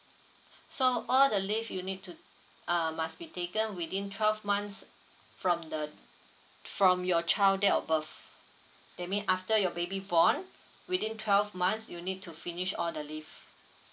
so all the leave you need to uh must be taken within twelve months from the from your child date of birth that mean after your baby born within twelve months you need to finish all the leave